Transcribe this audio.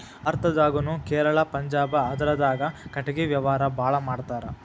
ಭಾರತದಾಗುನು ಕೇರಳಾ ಪಂಜಾಬ ಆಂದ್ರಾದಾಗ ಕಟಗಿ ವ್ಯಾವಾರಾ ಬಾಳ ಮಾಡತಾರ